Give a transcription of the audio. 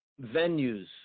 venues